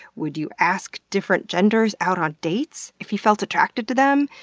would you ask different genders out on dates if you felt attracted to them?